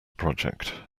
project